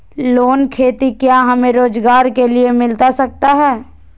Loan खेती क्या हमें रोजगार के लिए मिलता सकता है?